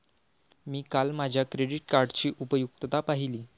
मी काल माझ्या क्रेडिट कार्डची उपयुक्तता पाहिली